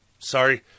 Sorry